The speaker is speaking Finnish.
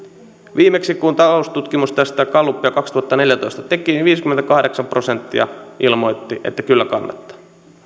viimeksi kun taloustutkimus tästä gallupia kaksituhattaneljätoista teki niin viisikymmentäkahdeksan prosenttia ilmoitti että kyllä kannattaa